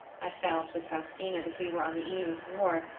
i felt with faustina that we were on the eve of war,